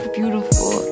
beautiful